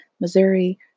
Missouri